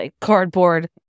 cardboard